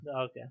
Okay